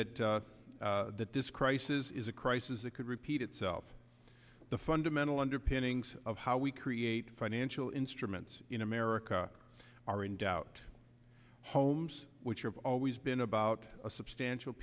that that this crisis is a crisis that could repeat itself the fundamental underpinnings of how we create financial instruments in america are in doubt homes which have always been about a substantial